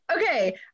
okay